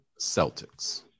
Celtics